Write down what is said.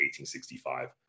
1865